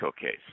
case